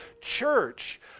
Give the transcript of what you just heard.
church